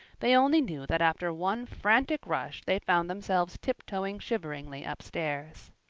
they only knew that after one frantic rush they found themselves tiptoeing shiveringly upstairs.